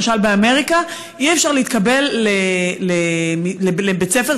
למשל באמריקה אי-אפשר להתקבל לבית ספר